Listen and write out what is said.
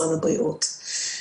לכולם,